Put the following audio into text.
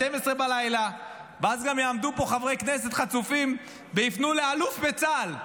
24:00. ואז גם יעמדו כאן חברי כנסת חצופים ויפנו לאלוף בצה"ל,